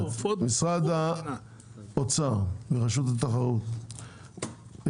משרד האוצר ורשות התחרות,